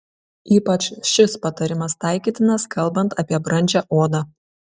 ypač šis patarimas taikytinas kalbant apie brandžią odą